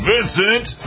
Vincent